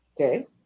Okay